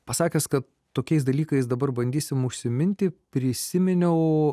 pasakęs kad tokiais dalykais dabar bandysim užsiminti prisiminiau